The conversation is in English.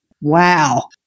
Wow